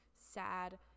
sad